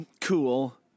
cool